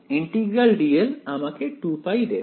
integral dl আমাকে 2π দেবে